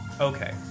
Okay